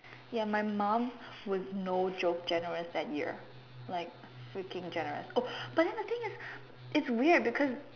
ya my mom would no joke generous that year like freaking generous oh but then the thing is it's weird because